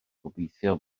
gobeithio